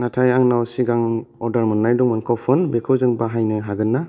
नाथाय आंनाव सिगां अर्डार मोननाय दंमोन कुपन बेखौ जों बाहायनो हागोन ना